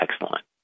excellent